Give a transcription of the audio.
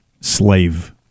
slave